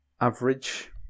average